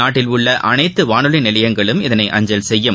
நாட்டில் உள்ள அனைத்து வானொலி நிலையங்களும் இதனை அஞ்சல் செய்யும்